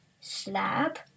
slab